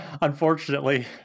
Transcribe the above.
Unfortunately